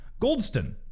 Goldston